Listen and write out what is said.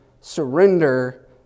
surrender